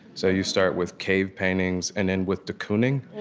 so you start with cave paintings and end with de kooning